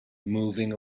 moving